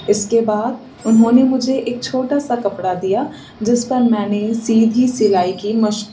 اس کے بعد انہوں نے مجھے ایک چھوٹا سا کپڑا دیا جس پر میں نے سیدھی سلائی کی مشق